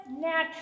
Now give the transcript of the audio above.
natural